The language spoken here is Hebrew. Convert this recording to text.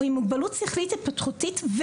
עם מוגבלות שכלית התפתחותית,